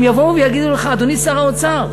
הם יבואו ויגידו לך: אדוני שר האוצר,